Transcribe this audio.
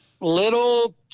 Little